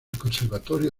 conservatorio